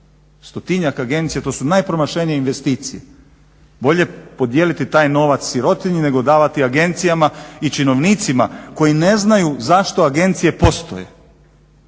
Stotinjak agencija to su najpromašenije investicije. Bolje podijeliti taj novac sirotinji nego davati agencijama i činovnicima koji ne znaju zašto agencije postoje.